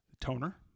toner